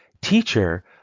teacher